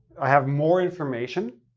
i have more information,